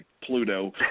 Pluto